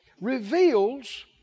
reveals